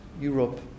Europe